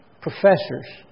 professors